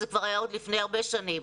זה היה כבר לפני הרבה שנים.